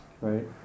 right